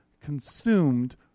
consumed